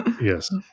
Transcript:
Yes